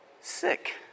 sick